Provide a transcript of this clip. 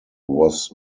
was